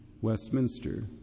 Westminster